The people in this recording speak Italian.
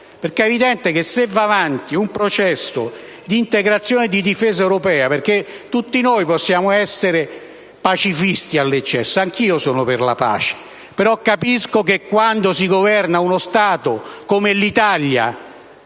dipende dalla prosecuzione del processo di integrazione di difesa europea. Tutti noi possiamo essere pacifisti all'eccesso: anch'io sono per la pace, però capisco che quando si governa uno Stato come l'Italia,